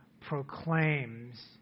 proclaims